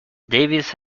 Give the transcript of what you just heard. davis